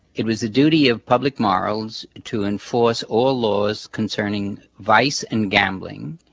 it was a duty of public morals to enforce all laws concerning vice and gambling,